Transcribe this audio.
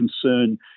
concern